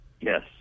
Yes